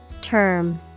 Term